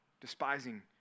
despising